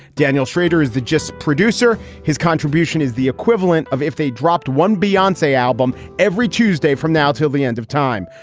daniel schrader is the just producer. his contribution is the equivalent of if they dropped one beyonce album every tuesday from now till the end of time.